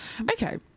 Okay